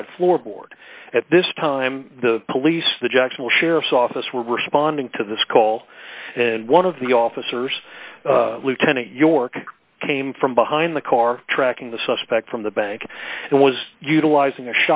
side floorboard at this time the police the jacksonville sheriff's office were responding to this call and one of the officers lieutenant york came from behind the car tracking the suspect from the bank and was utilizing a